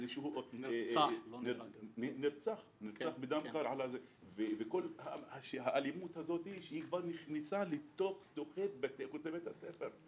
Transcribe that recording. ועל כל האלימות הזאת שכבר נכנסה לתוך כותלי בתי הספר.